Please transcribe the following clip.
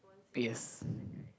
yes